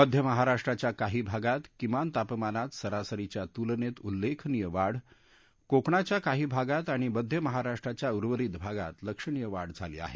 मध्य महाराष्ट्राच्या काही भागात किमान तापमानात सरासरीच्या तुलनेत उल्लेखनीय वाढ कोकणाच्या काही भागात आणि मध्य महाराष्ट्राच्या उर्वरित भागात लक्षणीय वाढ झाली आहे